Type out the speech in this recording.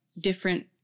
different